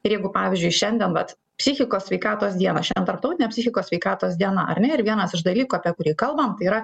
ir jeigu pavyzdžiui šiandien vat psichikos sveikatos dieną šian tarptautinė psichikos sveikatos diena ar ne ir vienas iš dalykų apie kurį kalbam tai yra